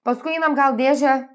paskui einam gal dėžę